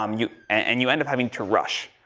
um you, and you end up having to rush.